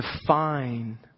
define